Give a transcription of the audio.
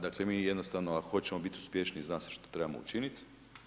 Dakle, mi jednostavno ako hoćemo bit uspješniji zna se što trebamo učiniti.